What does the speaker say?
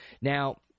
Now